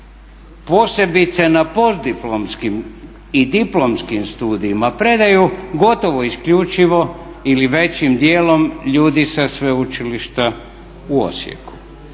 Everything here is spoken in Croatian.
posebice na postdiplomskim i diplomskim studijima predaju gotovo isključivo ili većim dijelom ljudi sa sveučilišta u Osijeku.